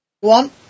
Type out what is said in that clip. One